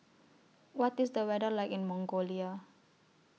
What IS The weather like in Mongolia